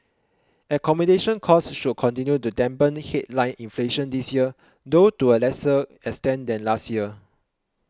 accommodation costs should continue to dampen headline inflation this year though to a lesser extent than last year